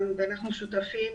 אנחנו שותפים